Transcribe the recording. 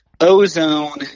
ozone